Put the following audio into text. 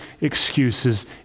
excuses